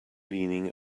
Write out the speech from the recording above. leaning